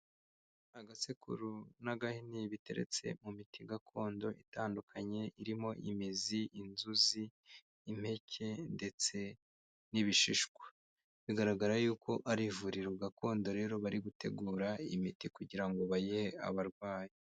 Agasekuru n'agahini biteretse mu miti gakondo itandukanye, irimo imizi, inzuzi, impeke ndetse n'ibishishwa, bigaragara yuko ari ivuriro gakondo rero bari gutegura iyi miti kugira ngo bayihe abarwayi.